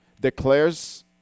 declares